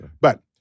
But-